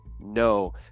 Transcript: no